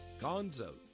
Gonzo